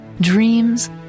dreams